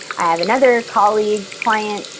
i had another colleague, client,